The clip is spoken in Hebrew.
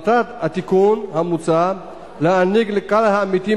מטרת התיקון המוצע היא להעניק לכלל העמיתים